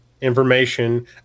information